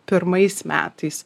pirmais metais